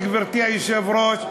גברתי היושבת-ראש,